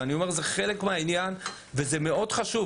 זה חלק מהעניין וזה מאוד חשוב,